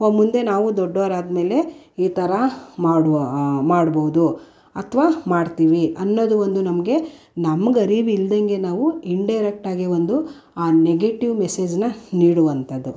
ಹೋ ಮುಂದೆ ನಾವೂ ದೊಡ್ಡವರಾದ್ಮೇಲೆ ಈ ಥರ ಮಾಡುವ ಮಾಡ್ಬೌದು ಅಥ್ವಾ ಮಾಡ್ತೀವಿ ಅನ್ನೋದು ಒಂದು ನಮಗೆ ನಮ್ಗೆ ಅರಿವಿಲ್ದಂಗೆ ನಾವು ಇನ್ಡೈರೆಕ್ಟಾಗಿ ಒಂದು ಆ ನೆಗೆಟಿವ್ ಮೆಸೇಜನ್ನ ನೀಡುವಂಥದು